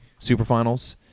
superfinals